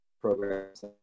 programs